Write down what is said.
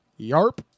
Yarp